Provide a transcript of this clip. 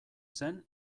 zen